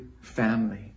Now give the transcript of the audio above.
family